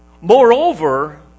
Moreover